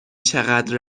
چقدر